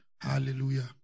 Hallelujah